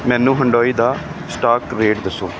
ਮੈਨੂੰ ਹੁੰਡਈ ਦਾ stock rate ਦੱਸੋ